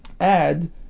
add